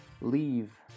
leave